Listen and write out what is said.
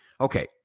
Okay